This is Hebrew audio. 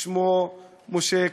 שמו משה כחלון.